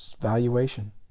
valuation